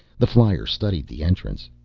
the flyer studied the entrance.